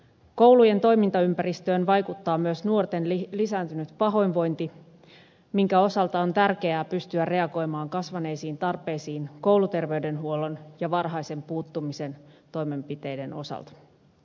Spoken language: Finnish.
koulujen toimintaympäristöön vaikuttaa myös nuorten lisääntynyt pahoinvointi minkä osalta on tärkeää pystyä reagoimaan kasvaneisiin tarpeisiin kouluterveydenhuollon ja varhaisen puuttumisen toimenpiteiden osalta